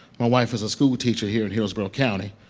my wife is a school teacher here in hillsborough county.